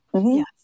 Yes